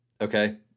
okay